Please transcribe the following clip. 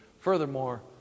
Furthermore